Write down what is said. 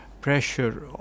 pressure